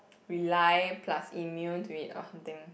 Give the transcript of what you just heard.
rely plus immune to it or something